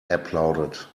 applauded